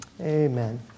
Amen